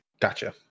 Gotcha